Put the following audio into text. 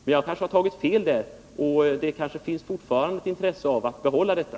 Men jag har kanske tagit fel därvidlag. Det finns kanske fortfarande intresse av att behålla detta.